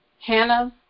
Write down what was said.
Hannah